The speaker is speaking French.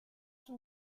son